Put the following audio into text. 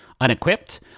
unequipped